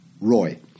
Roy